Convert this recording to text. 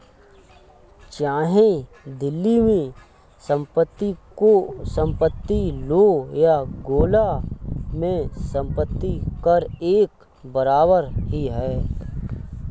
चाहे दिल्ली में संपत्ति लो या गोला में संपत्ति कर एक बराबर ही है